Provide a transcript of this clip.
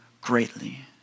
greatly